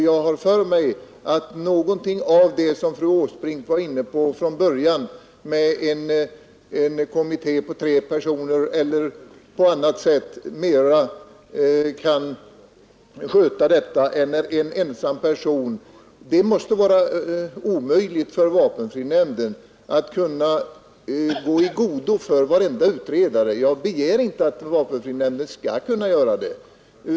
Jag tror att något av det som fru Åsbrink föreslog, t.ex. en kommitté på tre personer, skulle kunna sköta detta bättre än en ensam person. Det måste vara omöjligt för vapenfrinämnden att gå i god för varenda utredare. Jag begär inte att vapenfrinämnden skall kunna göra det.